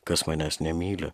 kas manęs nemyli